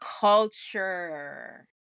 culture